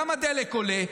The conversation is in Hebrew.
גם הדלק עולה,